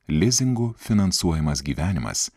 lizingu finansuojamas gyvenimas